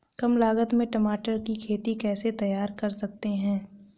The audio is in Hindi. कम लागत में टमाटर की खेती कैसे तैयार कर सकते हैं?